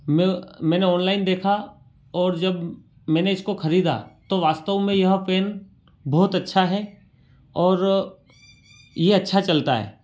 मैं मैंने ऑनलाइन देखा और जब मैंने इसको खरीदा तो वास्तव में यह फैन बहुत अच्छा है और यह अच्छा चलता है